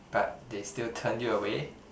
but they still turn you away